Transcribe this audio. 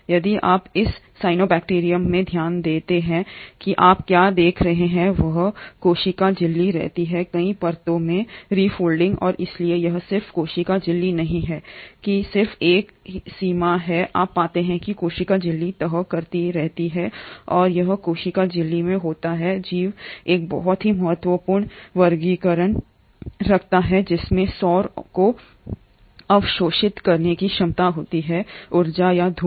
यदि आप इस साइनोबैक्टीरियम में ध्यान देते हैं कि आप क्या देख रहे हैं वही कोशिका झिल्ली रहती है कई परतों में refolding और इसलिए यह सिर्फ कोशिका झिल्ली नहीं है जो कि सिर्फ एक है सीमा आप पाते हैं कि कोशिका झिल्ली तह करती रहती है और यह कोशिका झिल्ली में होती है जीव एक बहुत ही महत्वपूर्ण वर्णक रखता है जिसमें सौर को अवशोषित करने की क्षमता होती है ऊर्जा या धूप